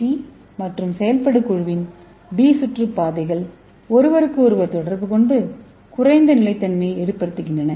D மற்றும் செயல்படும் குழுவின் பி சுற்றுப்பாதைகள் ஒருவருக்கொருவர் தொடர்புகொண்டு குறைந்த நிலைத்தன்மையை ஏற்படுத்துகின்றன